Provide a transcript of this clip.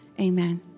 amen